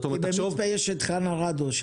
במצפה יש את חנה רדו.